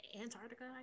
antarctica